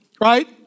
right